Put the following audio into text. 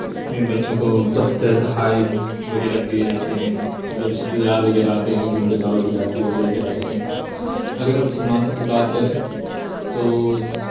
اس میں بچوں کو تحفے تحائف وغیرہ دیے جاتے ہیں جو رشتےدار وغیرہ آتے ہیں جن کو دعوت دی جاتی ہے وہ لے کے آتے ہیں اگر ہم مسلمانوں کی بات کریں تو